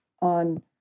on